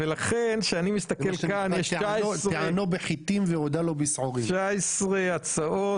אני מסתכל ורואה 19 הצעות,